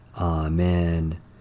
Amen